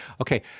Okay